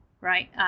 right